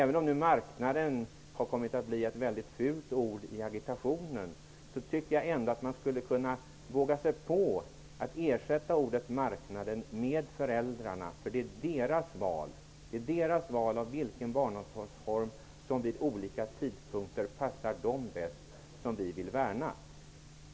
Även om marknaden har kommit att bli ett mycket fult ord i agitationen, tycker jag ändå att man skulle kunna våga sig på att ersätta ordet marknaden med ordet föräldrarna. Det är nämligen föräldrarnas val av vilken barnomsorgsform som vid olika tidpunkter passar dem bäst som vi vill värna om.